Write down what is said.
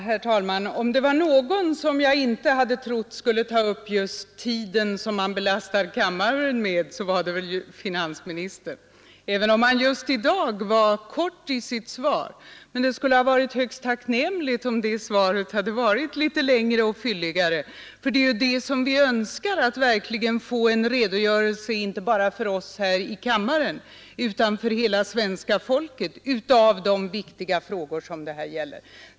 Herr talman! Om det är någon som jag inte hade trott skulle ta upp just tidsbelastningen på kammaren så är det väl finansministern, även om han just i dag var kortfattad i sitt svar. Men i dag skulle det ha varit högst tacknämligt om det svaret hade varit litet längre och fylligare, för det vi önskar är verkligen att få en redogörelse, inte bara för oss här i kammaren utan för hela svenska folket, för de viktiga frågor som det här gäller.